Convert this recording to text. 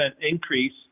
increase